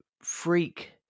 freak